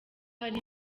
hari